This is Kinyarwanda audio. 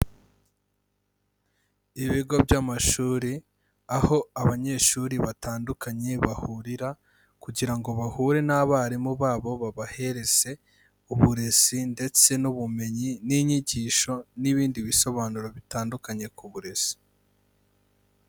Ibigo by'amashuri aho abanyeshuri batandukanye bahurira kugira ngo bahure n'abarimu babo babahereze uburezi ndetse n'ubumenyi n'inyigisho n'ibindi bisobanuro bitandukanye ku burezi.